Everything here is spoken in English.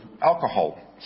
alcohol